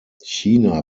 china